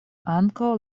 ankaŭ